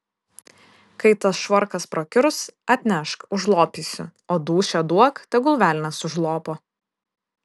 kai tas švarkas prakiurs atnešk užlopysiu o dūšią duok tegul velnias užlopo